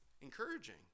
encouraging